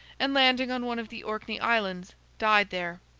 and landing on one of the orkney islands, died there.